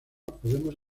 podemos